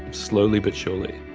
slowly but surely.